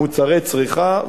מוצרי צריכה,